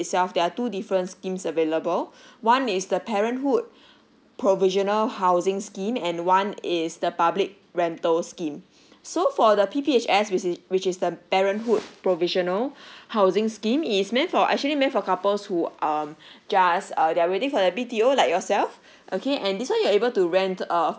itself there are two different schemes available one is the parenthood provisional housing scheme and one is the public rental scheme so for the P_P_H_S which is which is the parenthood provisional housing scheme is meant for actually meant for couples who um just err they are ready for the B_T_O like yourself okay and this one you're able to rent a